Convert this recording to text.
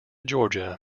georgia